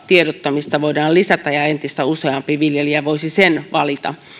tiedottamista voidaan lisätä ja entistä useampi viljelijä voisi sen valita